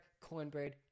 cornbread